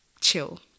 chill